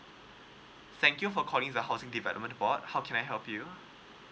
thank you for calling the housing development report how can I help you